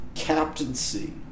Captaincy